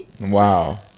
Wow